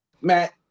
Matt